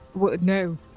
No